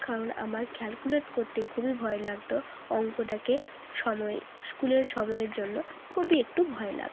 কারণ আমার ক্যালকুলেট করতে খুবই ভয় লাগতো অঙ্কটাকে সময় স্কুলের সময়ের জন্য খুবই একটু ভয় লাগতো